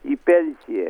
į penciją